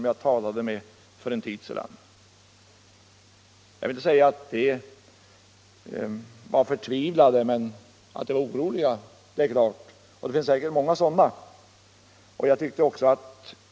Jag vill inte säga att de var för tvivlade, men att de var oroliga är klart. Det finns säkert många sådana — Nr 73 fall.